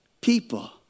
people